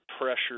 pressure